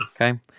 Okay